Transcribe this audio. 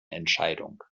entscheidung